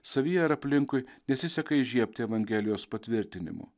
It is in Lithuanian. savyje ir aplinkui nesiseka įžiebti evangelijos patvirtinimų